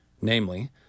Namely